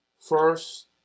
first